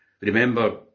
Remember